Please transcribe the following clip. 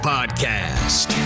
Podcast